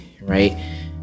right